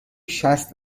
شصت